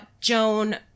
Joan